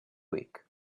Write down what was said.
week